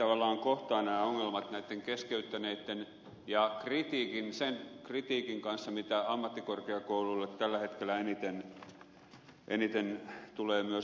nämä ongelmat tavallaan kohtaavat näiden keskeyttäneiden ja sen kritiikin kanssa mitä ammattikorkeakouluille tällä hetkellä eniten tulee myös opettajatasolta